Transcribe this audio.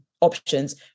options